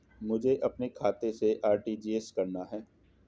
मुझे अपने खाते से आर.टी.जी.एस करना?